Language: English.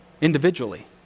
individually